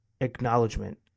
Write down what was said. acknowledgement